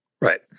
Right